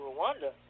Rwanda